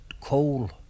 coal